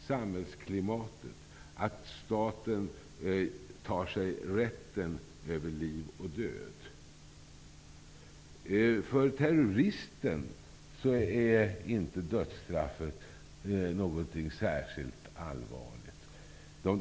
samhällsklimatet, när staten tar sig rätten över liv och död. För terroristen är dödsstraffet inte någonting särskilt allvarligt.